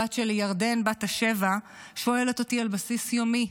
הבת שלי, ירדן בת השבע, שואלת אותי על בסיס יומי: